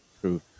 true